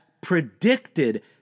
predicted